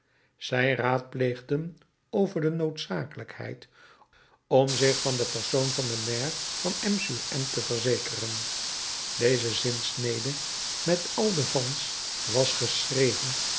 zij raadpleegden over de noodzakelijkheid om zich van den persoon van den maire van m sur m te verzekeren deze zinsnede met al de van's was geschreven